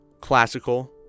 classical